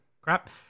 crap